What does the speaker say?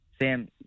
Sam